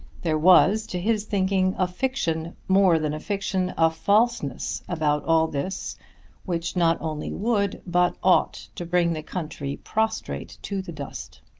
there was to his thinking a fiction more than fiction, a falseness about all this which not only would but ought to bring the country prostrate to the dust.